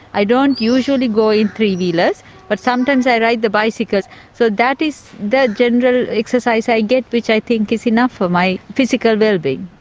i don't usually go in three-wheelers but sometimes i ride the bicycle so that is that general exercise i get, which i think is enough for my physical well being.